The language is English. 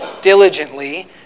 diligently